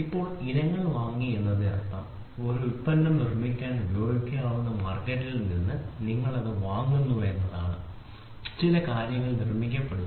ഇപ്പോൾ ഇനങ്ങൾ വാങ്ങി എന്നതിനർത്ഥം ഒരു ഉൽപ്പന്നം നിർമ്മിക്കാൻ ഉപയോഗിക്കാവുന്ന മാർക്കറ്റിൽ നിന്ന് നിങ്ങൾ അത് വാങ്ങുന്നു എന്നാണ് ചില കാര്യങ്ങൾ നിർമ്മിക്കപ്പെടുന്നു